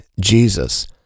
Jesus